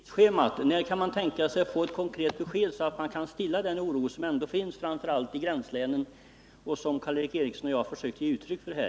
Herr talman! Allra sist: Hur ligger tidsschemat? När kan man tänkas få ett konkret besked, så att man kan stilla den oro som finns framför allt i gränslänen och som Karl Erik Eriksson och jag försökt ge uttryck för här?